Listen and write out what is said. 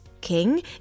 King